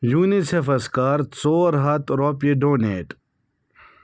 یوٗنِسٮ۪فَس کَر ژور ہَتھ رۄپیہِ ڈونیٹ